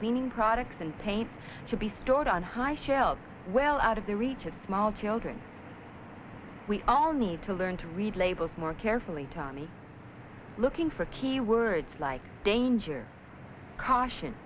cleaning products and pain to be stored on high shelves well out of the reach of small children we all need to learn to read labels more carefully tommy looking for key words like danger caution